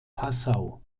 passau